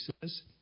says